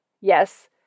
yes